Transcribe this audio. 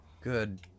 Good